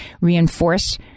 reinforce